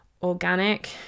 organic